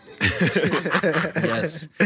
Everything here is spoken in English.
Yes